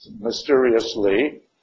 Mysteriously